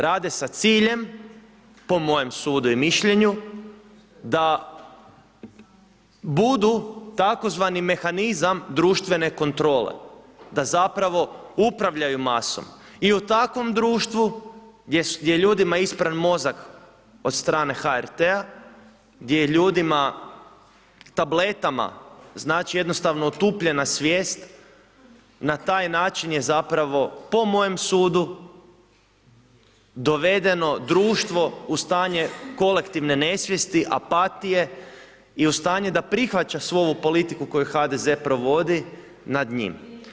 Rade sa ciljem po mojem sudu i mišljenju da budu tzv mehanizam društvene kontrole, da zapravo upravljaju masom i u takvom društvu gdje je ljudima ispran mozak od strane HRT-a gdje je ljudima tabletama jednostavno otupljena svijest, na taj način je zapravo, po mojem sudu, dovedeno društvo u stanje kolektivne nesvijesti, apatije i u stanje da prihvaća svu ovu politiku koju ovaj HDZ provodi nad njim.